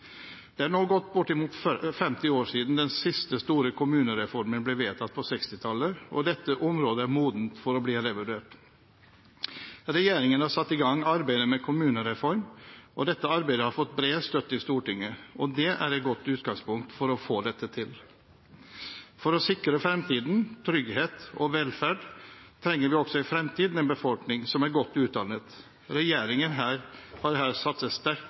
Det er nå gått bortimot 50 år siden den siste store kommunereformen ble vedtatt på 1960-tallet, og dette området er modent for å bli revurdert. Regjeringen har satt i gang arbeidet med kommunereform, og dette arbeidet har fått bred støtte i Stortinget. Det er et godt utgangspunkt for å få dette til. For å sikre fremtidig trygghet og velferd trenger vi også i fremtiden en befolkning som er godt utdannet. Regjeringen har her